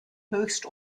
höchst